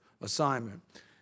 assignment